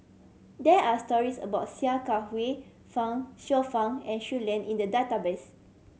there are stories about Sia Kah Hui Fang Xiu Fang and Shui Lan in the database